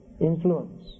influence